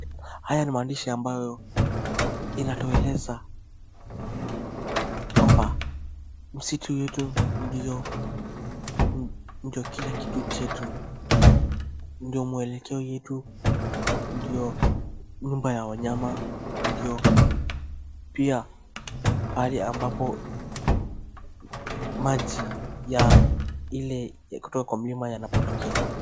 Haya ni maandishi ambayo inatueleza kwamba msitu yetu ndio kila kitu chetu. Ndio mwelekeo yetu , ndio nyumba ya wanyama , ndio pia pahali ambapo maji ya ile ya kutoka kwa mlima yanapotokea .